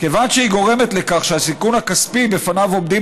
כיוון שהיא גורמת לכך שהסיכון הכספי שבפניו עומדים